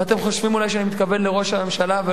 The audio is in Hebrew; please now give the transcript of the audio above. ואתם חושבים אולי שאני מתכוון לראש הממשלה,